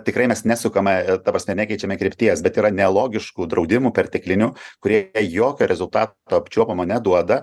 tikrai mes nesukame ta prasme nekeičiame krypties bet yra nelogiškų draudimų perteklinių kurie jokio rezultato apčiuopiamo neduoda